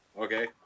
Okay